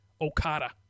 Okada